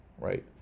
right